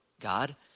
God